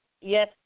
yes